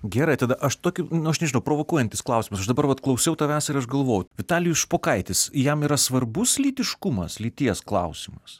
gerai tada aš tokį nu aš nežinau provokuojantis klausimas aš dabar vat klausiau tavęs ir aš galvojau vitalijus špokaitis jam yra svarbus lytiškumas lyties klausimas